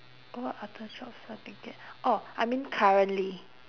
what other jobs I didn't get orh I mean currently